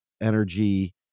energy